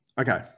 Okay